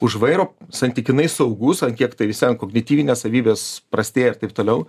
už vairo santykinai saugus ant kiek tai vis vien kognityvinės savybės prastėja ir taip toliau